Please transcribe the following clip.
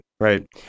right